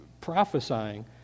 prophesying